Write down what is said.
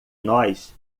nós